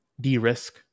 de-risk